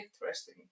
interesting